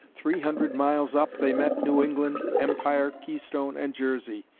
three hundred miles up they met new england, empire, keystone, and jersey,